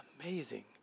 amazing